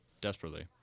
Desperately